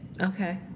Okay